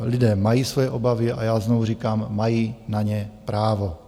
Lidé mají svoje obavy a já znovu říkám, mají na ně právo.